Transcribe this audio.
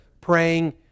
praying